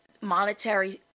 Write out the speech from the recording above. monetary